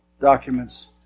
documents